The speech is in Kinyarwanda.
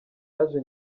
yaje